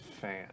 fan